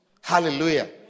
Hallelujah